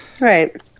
Right